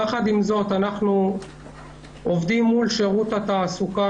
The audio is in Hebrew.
יחד עם זה אנחנו עובדים ביחד עם שירות התעסוקה,